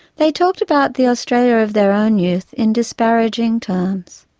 they talked about the australia of their own youth in disparaging terms.